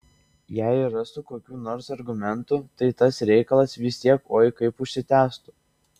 jei ir rastų kokių nors argumentų tai tas reikalas vis tiek oi kaip užsitęstų